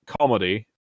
comedy